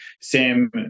Sam